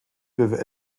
peuvent